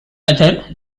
other